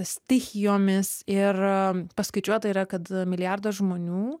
stichijomis ir paskaičiuota yra kad milijardas žmonių